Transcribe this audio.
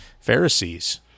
Pharisees